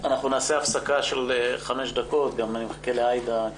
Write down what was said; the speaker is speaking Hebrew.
ננעלה בשעה 10:57.